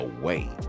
away